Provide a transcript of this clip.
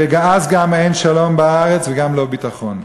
ואז גם אין שלום בארץ וגם לא ביטחון.